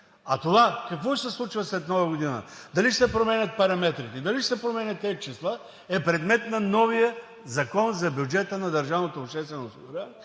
А това какво ще се случва след Нова година – дали ще се променят параметрите, дали ще се променят тези числа, е предмет на новия Закон за бюджета на